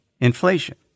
inflation